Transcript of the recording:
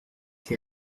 être